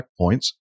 checkpoints